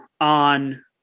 on